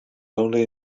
only